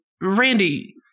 Randy